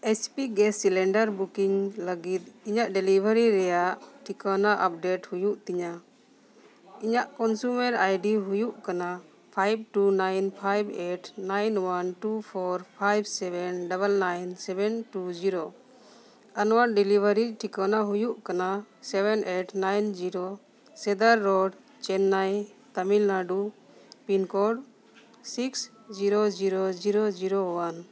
H P gas cylinder booking ᱞᱟᱹᱜᱤᱫ ᱤᱧᱟᱹᱜ delivery ᱨᱮᱭᱟᱜ ᱴᱷᱤᱠᱟᱹᱱᱟ ᱟᱯᱰᱮᱴ ᱦᱩᱭᱩᱜ ᱛᱤᱧᱟ ᱤᱧᱟᱹᱜ ᱠᱚᱱᱡᱩᱢᱟᱨ ᱟᱭᱰᱤ ᱦᱩᱭᱩᱜ ᱠᱟᱱᱟ five two nine five eight nine one two four five seven double nine seven two zero ᱟᱨ ᱱᱚᱣᱟ ᱰᱮᱞᱤᱵᱷᱟᱨᱤ ᱴᱷᱤᱠᱟᱱᱟ ᱦᱩᱭᱩᱜ ᱠᱟᱱᱟ ᱥᱮᱵᱷᱮᱱ ᱮᱭᱤᱴ ᱱᱟᱭᱤᱱ ᱡᱤᱨᱳ ᱥᱤᱫᱟᱨ road Chennai Tamil Nadu pin code six zero zero zero zero one